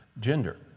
gender